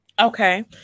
Okay